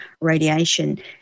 radiation